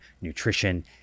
nutrition